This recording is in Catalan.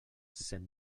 cent